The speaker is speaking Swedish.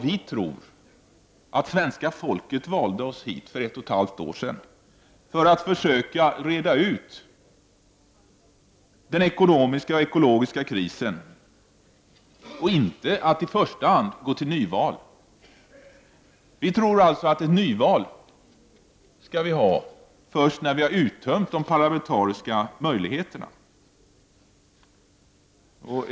Vi tror att svenska folket valde oss hit för ett och ett halvt år sedan för att vi skall försöka reda ut den ekonomiska och ekologiska krisen och att inte i första hand gå till nyval. Ett nyval bör vi ha först sedan vi har uttömt alla de parlamentariska möjligheterna.